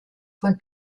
von